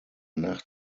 nach